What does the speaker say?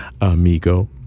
amigo